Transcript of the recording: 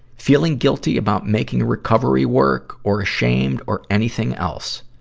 feeling guilty about making recovery work or ashamed or anything else,